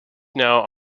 now